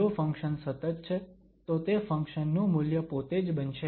જો ફંક્શન સતત છે તો તે ફંક્શન નુ મૂલ્ય પોતે જ બનશે